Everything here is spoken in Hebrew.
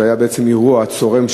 זה היה בעצם אירוע צורם,